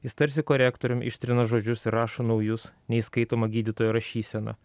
jis tarsi korektorium ištrina žodžius ir rašo naujus neįskaitoma gydytojo rašysena